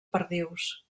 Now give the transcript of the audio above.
perdius